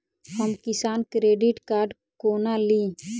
हम Kisan credit card कोना ली?